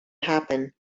happen